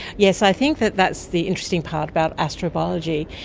yes, i think that that's the interesting part about astrobiology,